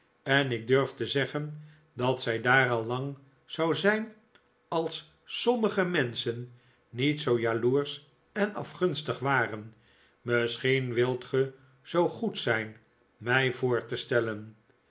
en ik durf te zeggen dat zij daar al lang zou zijn als sommige menschen niet zoo jaloersch en afgunstig waren misschien wilt ge zoo goed zijn mij voor te stellen